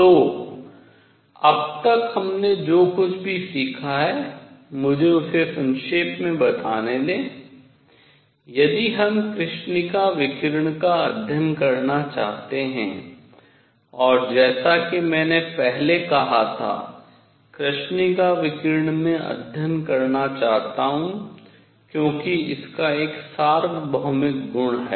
तो अब तक हमने जो कुछ भी सीखा है मुझे उसे संक्षेप में बताने दें यदि हम कृष्णिका विकिरण का अध्ययन करना चाहते हैं और जैसा कि मैंने पहले कहा था कृष्णिका विकिरण मैं अध्ययन करना चाहता हूँ क्योंकि इसका एक सार्वभौमिक गुण है